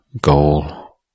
goal